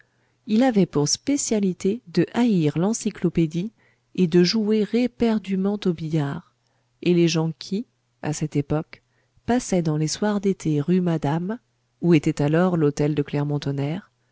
il avait pour spécialité de haïr l'encyclopédie et de jouer éperdument au billard et les gens qui à cette époque passaient dans les soirs d'été rue madame où était alors l'hôtel de clermont-tonnerre